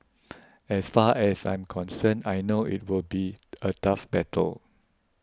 as far as I'm concerned I know it will be a tough battle